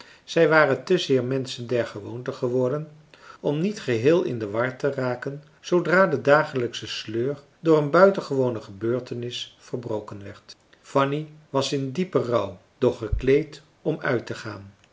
zij waren te zeer menschen der gewoonte geworden om niet geheel in de war te raken zoodra de dagelijksche sleur door een buitengewone gebeurtenis verbroken werd fanny was in diepen rouw doch gekleed om uittegaan